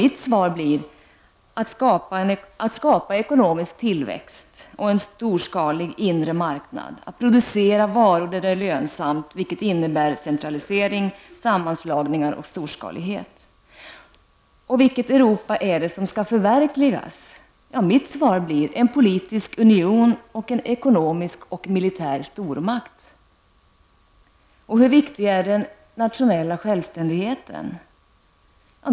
Mitt svar blir: Att skapa ekonomisk tillväxt och en storskalig inre marknad och att producera varor där det är lönsamast, vilket innebär centralisering, sammanslagningar och storskalighet. Vilket Europa är det som skall förverkligas? Mitt svar blir: En politisk union och en ekonomisk och militär stormakt. Hur viktig är den nationella självständigheten?